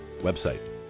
website